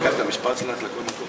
אני לוקח את המשפט שלך לכל מקום,